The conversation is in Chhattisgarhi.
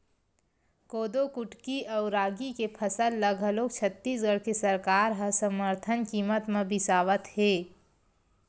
कोदो कुटकी अउ रागी के फसल ल घलोक छत्तीसगढ़ के सरकार ह समरथन कीमत म बिसावत हे